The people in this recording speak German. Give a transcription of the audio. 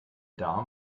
darm